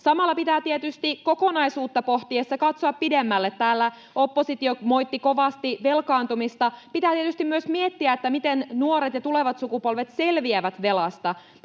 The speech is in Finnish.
Samalla pitää tietysti kokonaisuutta pohtiessa katsoa pidemmälle. Täällä oppositio moitti kovasti velkaantumista. Pitää tietysti myös miettiä, miten nuoret ja tulevat sukupolvet selviävät velasta.